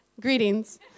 greetings